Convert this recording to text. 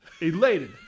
elated